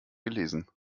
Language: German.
gelesen